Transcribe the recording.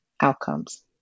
outcomes